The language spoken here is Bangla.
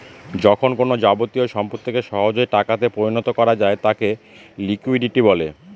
যখন কোনো যাবতীয় সম্পত্তিকে সহজে টাকাতে পরিণত করা যায় তাকে লিকুইডিটি বলে